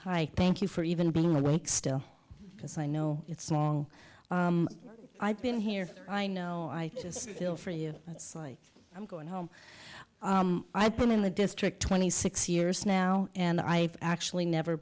hi thank you for even being awake still because i know it's small i've been here i know i just feel for you that's like i'm going home i've been in the district twenty six years now and i've actually never